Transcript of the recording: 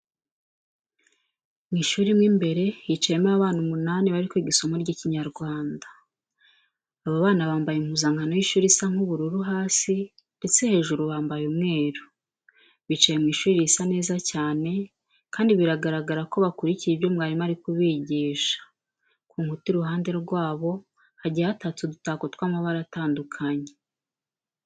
Mu ishuri mo imbere hicayemo abana umunani bari kwiga isomo ry'Ikinyarwanda. Aba bana bambaye impuzankano y'ishuri isa nk'ubururu hasi ndetse hejuru bambaye umweru. Bicaye mu ishuri risa neza cyane kandi biragaragara ko bakurikiye ibyo mwarimu ari kubigisha. Ku nkuta iruhande rwabo hagiye hatatse udutako tw'amabara atandukanye.